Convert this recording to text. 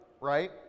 right